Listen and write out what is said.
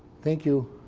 thank you.